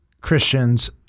christians